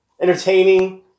entertaining